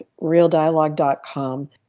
realdialogue.com